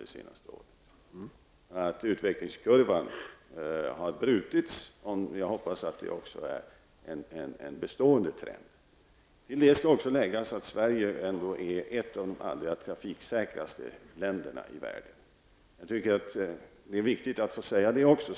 det senaste året. Utvecklingen har brutits, och jag hoppas att det är en bestående trend. Till detta skall också läggas att Sverige ändock är ett av de allra trafiksäkraste länderna i världen. Det är viktigt att också få detta sagt.